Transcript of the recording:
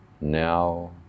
Now